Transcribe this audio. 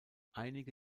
einige